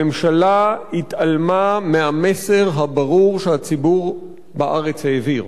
הממשלה התעלמה מהמסר הברור שהציבור בארץ העביר.